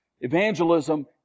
evangelism